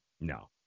No